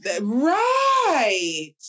Right